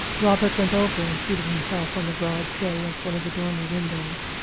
robert went over and seated himself on the broad sill of one of the dormer windows.